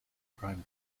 crime